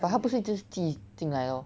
but 他不是寄进来 lor